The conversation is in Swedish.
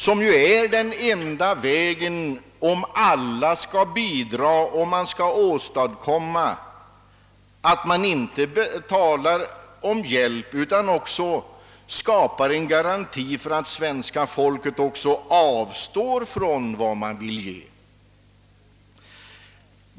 Det är faktiskt den enda vägen om alla skall bidra och om man inte bara skall tala om hjälp utan också skapa en garanti för att svenska folket avstår från de medel som behövs.